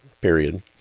period